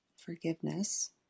forgiveness